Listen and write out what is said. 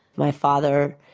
my father,